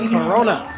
Corona